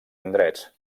indrets